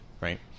right